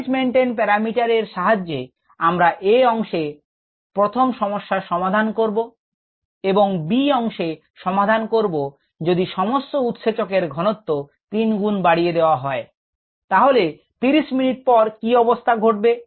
Michaelis Menten parameter এর সাহায্যে আমরা a অংশের প্রথম সমস্যার সমাধান করব এবং b অংশে সমাধান করব যদি সমস্ত উৎসেচকের ঘনত্ব 3 গুণ বাড়িয়ে দেয়া হয় তাহলে 30 মিনিট পরে কি অবস্থা ঘটবে